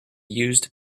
used